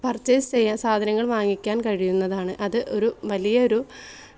purchase ചെയ്യാൻ സാധനങ്ങൾ വാങ്ങിക്കാൻ കഴിയുന്നതാണ് അത് ഒരു വലിയൊരു